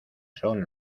son